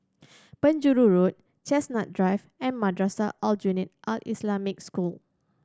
Penjuru Road Chestnut Drive and Madrasah Aljunied Al Islamic School